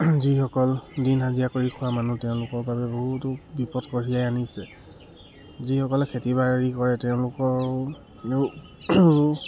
যিসকল দিন হাজিৰা কৰি খোৱা মানুহ তেওঁলোকৰ বাবে বহুতো বিপদ কঢ়িয়াই আনিছে যিসকলে খেতি বাৰি কৰে তেওঁলোকৰো